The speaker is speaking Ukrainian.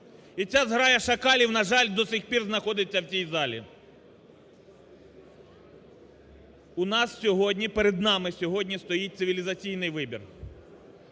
І ця зграя шакалів, на жаль, до сих пір знаходиться в цій залі. У нас сьогодні… перед нами сьогодні стоїть цивілізаційний вибір: